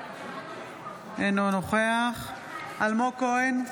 אינו נוכח אלמוג כהן,